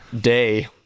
day